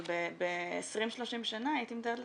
אבל ב-30-20 שנה הייתי מתארת לעצמי שכן.